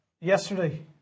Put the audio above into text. yesterday